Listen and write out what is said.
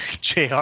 JR